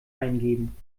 eingeben